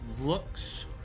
looks